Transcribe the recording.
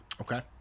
Okay